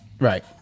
right